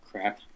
Crap